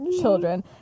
children